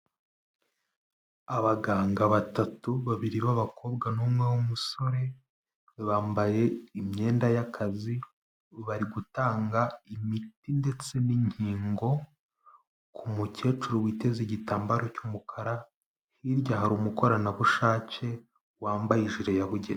Abaganga batatu, babiri b'abakobwa n'umwe w'umusore, bambaye imyenda y'akazi, bari gutanga imiti ndetse n'inkingo ku mukecuru witeze igitambaro cy'umukara, hirya hari umukoranabushake wambaye ijiri ya buge...